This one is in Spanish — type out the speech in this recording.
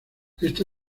esta